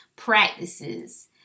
practices